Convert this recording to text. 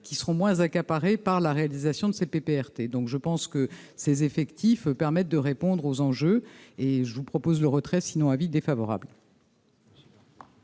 qui seront moins accaparé par la réalisation de ces PPRT, donc je pense que ces effectifs permettent de répondre aux enjeux et je vous propose le retrait sinon avis défavorable.